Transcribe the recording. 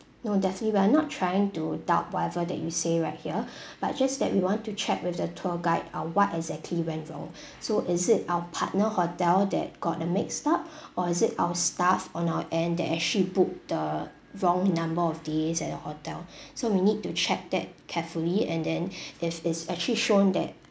no definitely we are not trying to doubt whatever that you say right here but just that we want to check with the tour guide uh what exactly went wrong so is it our partner hotel that got a mixed up or is it our staff on our end that actually booked the wrong number of days at the hotel so we need to check that carefully and then if it's actually shown that